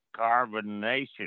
carbonation